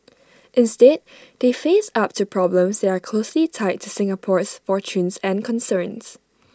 instead they face up to problems that are closely tied to Singapore's fortunes and concerns